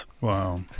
Wow